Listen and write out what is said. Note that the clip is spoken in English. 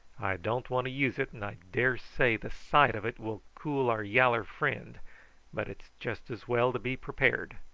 don't want to use it, and i daresay the sight of it will cool our yaller friend but it's just as well to be prepared.